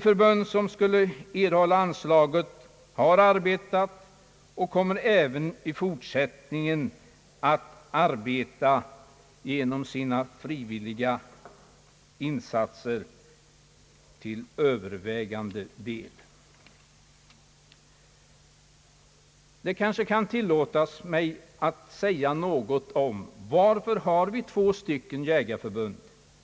förbund som skulle erhålla anslaget har arbetat och kommer även i fortsättningen att till övervägande del arbeta med frivilliga insatser. Det kanske kan tillåtas mig att säga någonting om varför vi har två jägarförbund.